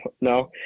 no